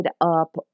up